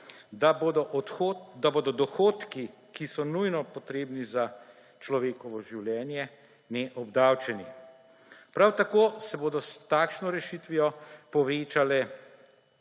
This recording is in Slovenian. da bodo dohodki, ki so nujno potrebni za človekove življenje, neobdavčeni. Prav tako se bodo s takšno rešitvijo povečale